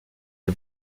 les